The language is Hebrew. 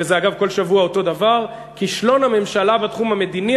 וזה אגב כל שבוע אותו דבר: כישלון הממשלה בתחום המדיני,